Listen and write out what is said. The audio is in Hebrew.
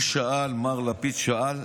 הוא שאל, מר לפיד שאל: